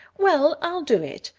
well, i'll do it.